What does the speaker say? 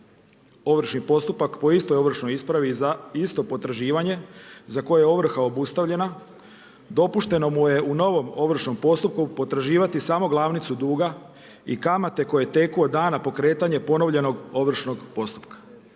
ovršni postupak po istoj ovršnoj ispravi za isto potraživanje za koje je ovrha obustavljena, dopušteno je u novom ovršnom postupku potraživati samo glavnicu duga i kamate koje teku od dana pokretanja ponovljenog ovršnog postupka.